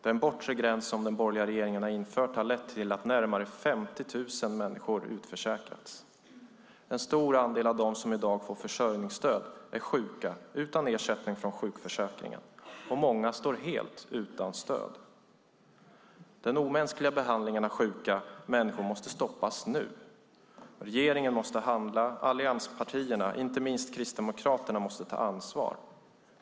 Den bortre gräns som den borgerliga regeringen har infört har lett till att närmare 50 000 människor har utförsäkrats. En stor andel av dem som i dag får försörjningsstöd är sjuka utan ersättning från sjukförsäkringen. Många står helt utan stöd. Den omänskliga behandlingen av sjuka människor måste stoppas nu. Regeringen måste handla. Allianspartierna, inte minst Kristdemokraterna, måste ta ansvar.